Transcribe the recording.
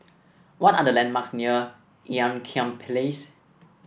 what are the landmarks near Ean Kiam Place